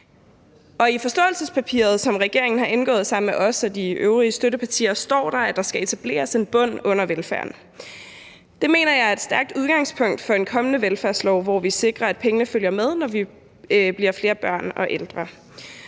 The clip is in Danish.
I forståelsespapiret, som regeringen har indgået sammen med os og de øvrige støttepartier, står der, at der skal etableres en bund under velfærden. Det mener jeg er et stærkt udgangspunkt for en kommende velfærdslov, hvor vi sikrer, at pengene følger med, når vi bliver flere børn og ældre.